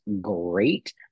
great